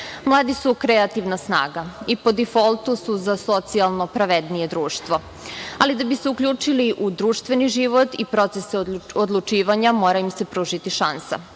su kreativna snaga i po difoltu su za socijalno pravednije društvo, ali da bi se uključili u društveni život i proces odlučivanja mora im se pružiti šansa.